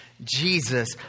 Jesus